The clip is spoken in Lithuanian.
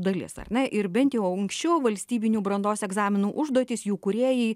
dalis ar ne ir bent jau anksčiau valstybinių brandos egzaminų užduotys jų kūrėjai